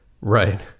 Right